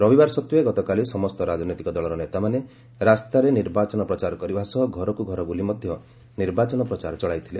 ରବିବାର ସତ୍ତ୍ୱେ ଗତକାଲି ସମସ୍ତ ରାଜନୈତିକ ଦଳର ନେତାମାନେ ରାସ୍ତାରେ ନିର୍ବାଚନ ପ୍ରଚାର କରିବା ସହ ଘରକୁ ଘର ବୁଲି ମଧ୍ୟ ନିର୍ବାଚନ ପ୍ରଚାର ଚଳାଇଥିଲେ